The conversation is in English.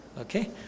okay